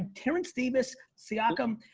terence davis, siakam,